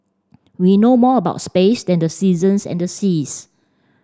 we know more about space than the seasons and the seas